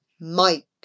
Mike